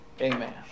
amen